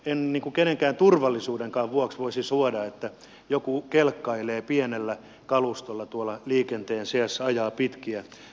en kenenkään turvallisuudenkaan vuoksi voisi suoda että joku kelkkailee pienellä kalustolla tuolla liikenteen seassa ajaa pitkiä matkoja